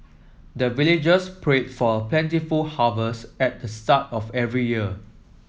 the villagers pray for plentiful harvest at the start of every year